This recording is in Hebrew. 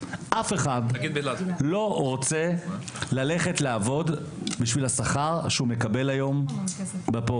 אף אחד לא רוצה ללכת לעבוד בשביל השכר שהוא מקבל בפעוטונים,